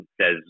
says